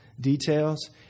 details